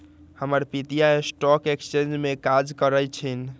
हमर पितिया stock exchange में काज करइ छिन्ह